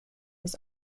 his